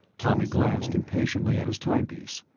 tommy glanced impatiently at his timepiece.